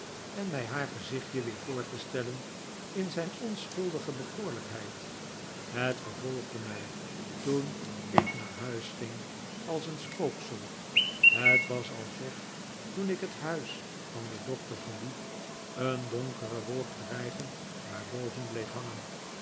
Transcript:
en mij haar gezichtje weer voor te stellen in zijn onschuldige bekoorlijkheid het vervolgde mij toen ik naar huis ging als een spooksel het was alsof toen ik het huis van den doctor verliet een donkere wolk dreigend daarboven bleef hangen